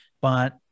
but-